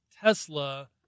Tesla